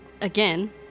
again